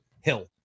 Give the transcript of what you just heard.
Hill